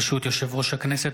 ברשות יושב-ראש הכנסת,